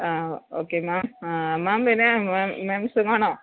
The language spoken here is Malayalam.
ആ ഓക്കെ മാം ആ മാം പിന്നേ മാം മാമിന് സുഖമാണോ